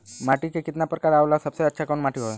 माटी के कितना प्रकार आवेला और सबसे अच्छा कवन माटी होता?